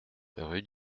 rue